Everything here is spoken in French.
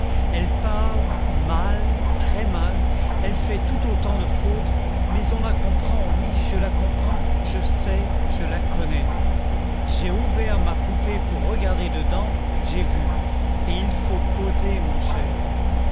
elle parle mal très mal elle fait tout autant de fautes mais on la comprend oui je la comprends je sais je la connais j'ai ouvert ma poupée pour regarder dedans j'ai vu et il faut causer mon cher